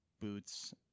boots